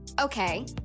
Okay